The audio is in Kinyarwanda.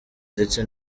ndetse